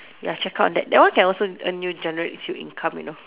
ya check up on that that one can also earn you generates you income you know